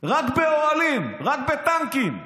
רק באוהלים, רק בטנקים.